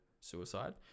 suicide